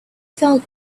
felt